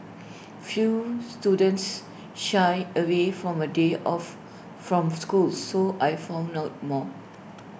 few students shy away from A day off from school so I found out more